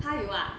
他有了 ah